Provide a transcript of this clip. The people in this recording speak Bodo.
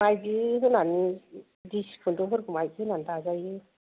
माइदि होनानै दिसि खुन्दुंफोरखौ माइदि होनानै दाजायो